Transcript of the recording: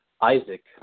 Isaac